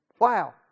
Wow